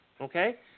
Okay